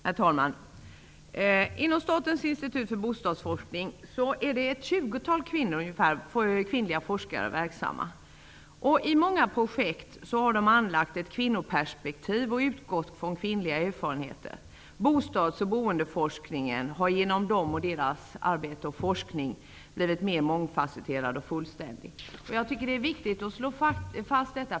Herr talman! Inom Statens institut för bostadsforskning är cirka ett tjugotal kvinnliga forskare verksamma. I många projekt har de anlagt ett kvinnoperspektiv och utgått från kvinnliga erfarenheter. Bostads och boendeforskningen har genom dem och deras arbete och forskning blivit mer mångfacetterad och fullständig. Det är viktigt att slå fast detta.